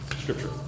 Scripture